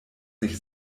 sich